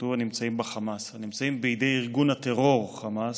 כתוב "הנמצאים בחמאס" הנמצאים בידי ארגון הטרור חמאס,